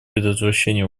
предотвращении